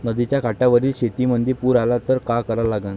नदीच्या काठावरील शेतीमंदी पूर आला त का करा लागन?